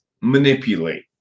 manipulate